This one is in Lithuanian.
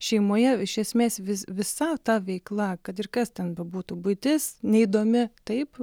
šeimoje iš esmės vis visa ta veikla kad ir kas ten bebūtų buitis neįdomi taip